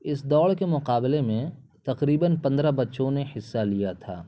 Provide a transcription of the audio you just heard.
اس دوڑ کے مقابلے میں تقریباً پندرہ بچوں نے حصہ لیا تھا